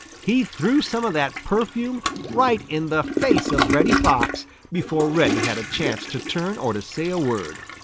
he threw some of that perfume right in the face of reddy fox before reddy had a chance to turn or to say a word.